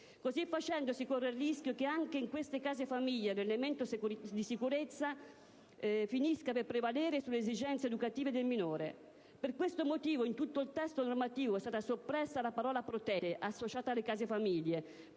Così facendo, si corre il rischio che anche in queste famiglie l'elemento di sicurezza finisca per prevalere sulle esigenze educative del minore. Per questo motivo in tutto il testo normativo abbiamo proposto la soppressione della parola «protette», associata alle case famiglie,